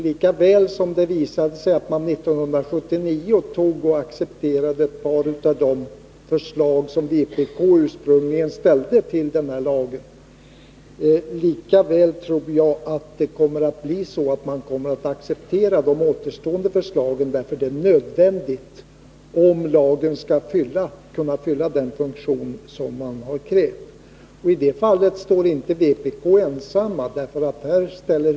Likaväl som det visade sig att man 1979 accepterade ett par av de förslag som vpk ursprungligen ställde angående denna lag, lika väl tror jag att det kommer att bli så att man accepterar de återstående vpk-förslagen, därför att detta är nödvändigt om lagen skall kunna fylla den funktion man har krävt. Vpk står inte ensamt.